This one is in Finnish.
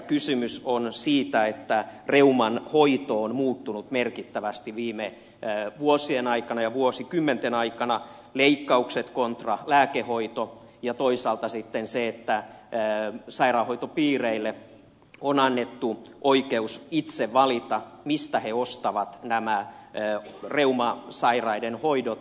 kysymys on siitä että reuman hoito on muuttunut merkittävästi viime vuosien ja vuosikymmenten aikana leikkaukset kontra lääkehoito ja toisaalta sitten se että sairaanhoitopiireille on annettu oikeus itse valita mistä ne ostavat nämä reumasairaiden hoidot